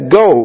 go